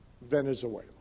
Venezuela